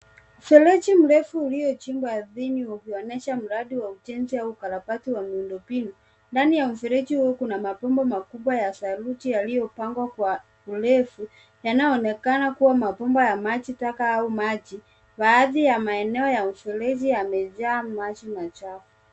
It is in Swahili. Mfereji mrefu uliochimbwa arthini ukionyesha mradi wa ujenzi au ukarabati wa miundombinu. Ndani ya mfereji huo kuna mabomba makubwa ya saruji yaliyopangwa kwa urefu, yanayoonekana kuwa mabomba ya majitaka au maji, baathi ya maeneo ya mfereji yamejaa maji machafu.